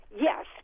Yes